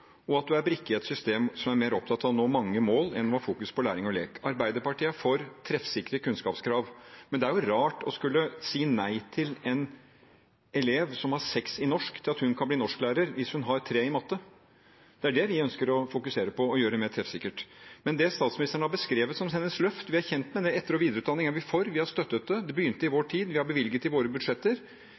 og at man er brikke i et system som er mer opptatt av å nå mange mål, enn av å ha fokus på læring og lek. Arbeiderpartiet er for treffsikre kunnskapskrav, men det er jo rart å skulle si nei til at en elev som har 6 i norsk, men 3 i matte, kan bli norsklærer. Det er det vi ønsker å fokusere på og gjøre mer treffsikkert. Men det statsministeren har beskrevet som hennes løft – vi er kjent med det, etter- og videreutdanning er vi for, vi har støttet det, det begynte i vår tid, og vi har bevilget det i våre budsjetter